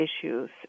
issues